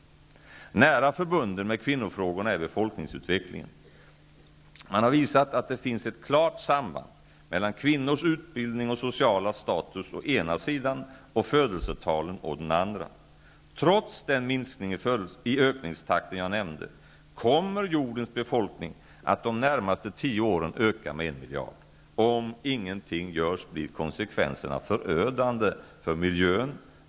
Nära förbunden med kvinnofrågorna är befolkningsutvecklingen. Man har visat att det finns ett klart samband mellan kvinnors utbildning och sociala status å ena sidan och födelsetalen å den andra. Trots den minskning i ökningstakten jag nämnde, kommer jordens befolkning att de närmaste 10 åren öka med 1 miljard. Om ingenting görs blir konsekvenserna förödande för miljön.